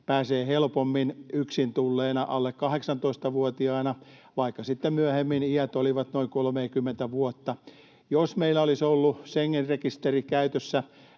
pääsee helpommin yksin tulleena alle 18-vuotiaana, vaikka sitten myöhemmin iät olivat noin 30:tä vuotta. Jos meillä olisi ollut Schengen-rekisteri käytössä